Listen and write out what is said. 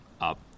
up